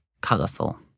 colourful